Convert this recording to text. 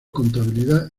contabilidad